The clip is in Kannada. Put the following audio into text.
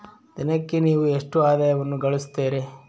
ದಿನಕ್ಕೆ ನೇವು ಎಷ್ಟು ಆದಾಯವನ್ನು ಗಳಿಸುತ್ತೇರಿ?